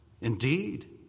Indeed